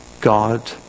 God